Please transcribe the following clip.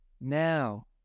Now